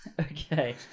Okay